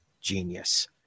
genius